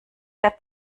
der